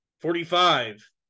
Forty-five